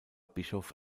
bischof